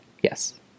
Yes